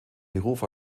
beruf